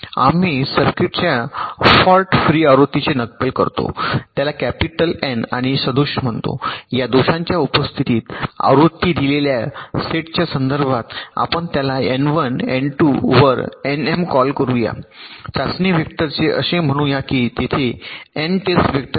आम्ही सर्किटच्या fault free आवृत्तीचे नक्कल करतो त्याला कॅपिटल एन आणि सदोष म्हणतो या दोषांच्या उपस्थितीत आवृत्ती दिलेल्या सेटच्या संदर्भात आपण त्यांना एन 1 एन 2 वर एनएम कॉल करूया चाचणी वेक्टर चे असे म्हणू या की तेथे एन टेस्ट वेक्टर आहेत